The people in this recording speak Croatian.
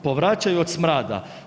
Povraćaju od smrada.